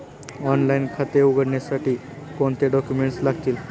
Online खाते उघडण्यासाठी कोणते डॉक्युमेंट्स लागतील?